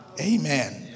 Amen